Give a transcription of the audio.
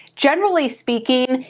generally speaking,